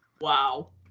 Wow